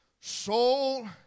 soul